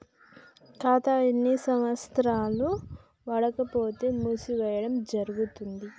ఖాతా ఎన్ని సంవత్సరాలు వాడకపోతే మూసివేయడం జరుగుతుంది?